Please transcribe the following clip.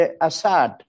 Assad